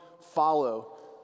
follow